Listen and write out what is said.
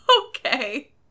Okay